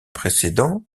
précédent